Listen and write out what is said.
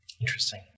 Interesting